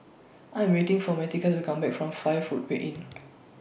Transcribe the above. I'm waiting For Martika to Come Back from five Footway Inn